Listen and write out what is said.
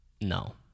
No